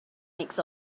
makes